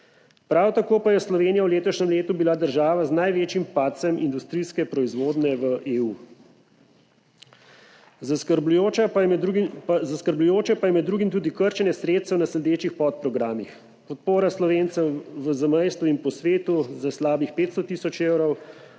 Prav tako pa je bila Slovenija v letošnjem letu država z največjim padcem industrijske proizvodnje v EU. Zaskrbljujoče pa je med drugim tudi krčenje sredstev na sledečih podprogramih: podpora Slovencem v zamejstvu in po svetu za slabih 500 tisoč evrov,